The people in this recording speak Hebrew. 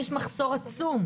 יש מחסור עצום,